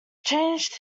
changed